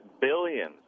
billions